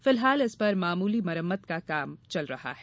फिलहाल इस पर मामूली मरम्मत का कार्य चल रहा है